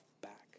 back